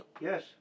Yes